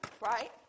right